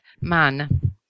man